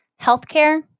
healthcare